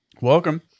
Welcome